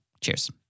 Cheers